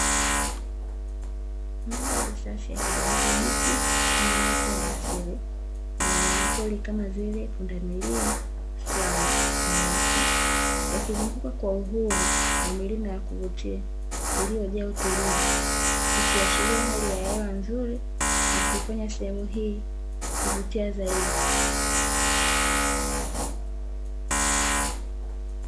Mandhari safi ya kijani kibichi yenye uwoto wa asili na wanyamapori kama vile pundamilia, swala na nyati wakizunguka kwa uhuru na milima ya kuvutia iliyojaa utulivu, ikiashiria hali ya hewa nzuri na kuifanya sehemu hii kuvutia zaidi.